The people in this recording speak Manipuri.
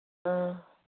ꯑꯥ